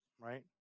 right